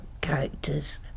characters